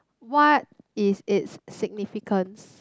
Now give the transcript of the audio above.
what is its significance